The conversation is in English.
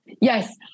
yes